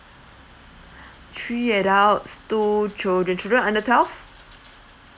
three adults two children children under twelve